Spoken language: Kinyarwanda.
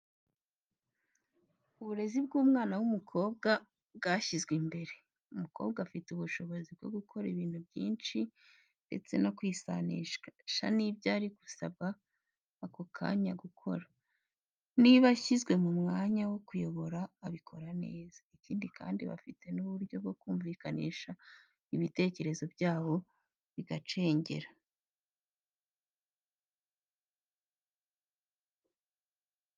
Uburezi bw’umwana w’umukobwa bwashyizwe imbere, umukobwa afite ubushobozi bwo gukora ibintu byinshi ndetse no kwisanisha n'ibyo ari gusabwa ako kanya gukora, niba ashyizwe mu mwanya wo kuyobora abikora neza, ikindi kandi bafite n’uburyo bwo kumvikanisha ibitekerezo byabo bigacengera.